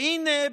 והינה,